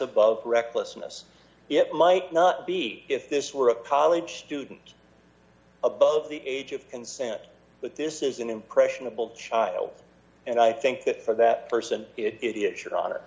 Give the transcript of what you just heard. above recklessness it might not be if this were a college student above the age of consent but this is an impressionable child and i think that for that person it sh